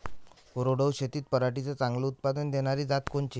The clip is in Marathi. कोरडवाहू शेतीत पराटीचं चांगलं उत्पादन देनारी जात कोनची?